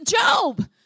job